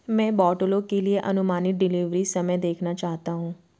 मैं बॉटलों के लिए अनुमानित डिलीवरी समय देखना चाहता हूँ